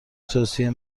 توصیه